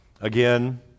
again